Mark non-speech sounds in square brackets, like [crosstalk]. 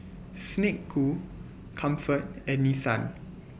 Snek Ku Comfort and Nissan [noise]